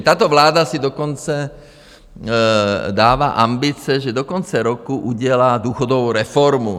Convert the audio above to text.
Tato vláda si dokonce dává ambice, že do konce roku udělá důchodovou reformu.